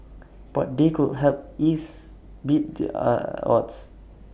but they could help ease beat the odds